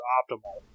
optimal